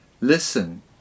Listen